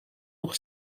nog